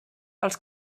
als